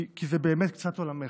כי זה באמת קצת עולמך.